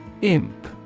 Imp